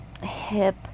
hip